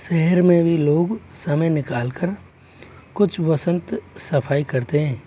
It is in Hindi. शहर में भी लोग समय निकाल कर कुछ वसंत सफ़ाई करते हैं